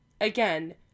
again